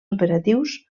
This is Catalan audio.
operatius